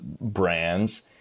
brands